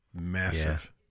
massive